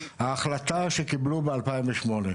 ההחלטה שקיבלו בשנת 2008,